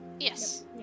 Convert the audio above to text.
Yes